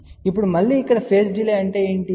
ఇప్పుడు మళ్ళీ ఇక్కడ ఫేజ్ డిలే అంటే ఏమిటి